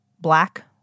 black